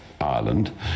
Ireland